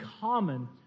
common